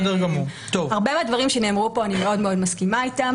אני יכולה להגיד שעם הרבה מהדברים שנאמרו פה אני מסכימה מאוד.